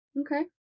Okay